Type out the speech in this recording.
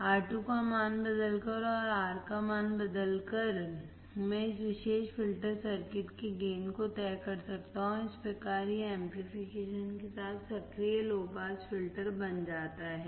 R2 का मान बदलकर और Rका मान बदलकर1 मैं इस विशेष फिल्टर सर्किट के गेन को तय कर सकता हूं और इस प्रकार यह एमप्लीफिकेशन के साथ सक्रिय लो पास फिल्टर बन जाता है